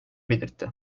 belirtti